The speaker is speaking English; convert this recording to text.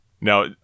Now